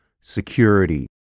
security